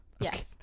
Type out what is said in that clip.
yes